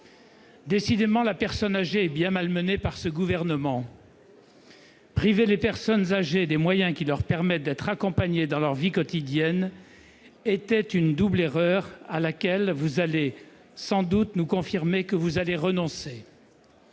Décidément, la personne âgée est bien malmenée par ce gouvernement ! Priver les personnes âgées des moyens qui leur permettent d'être accompagnées dans leur vie quotidienne serait une double erreur, mais sans doute allez-vous nous confirmer que vous renoncez